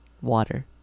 water